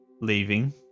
leaving